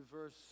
verse